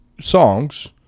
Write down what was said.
songs